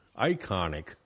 iconic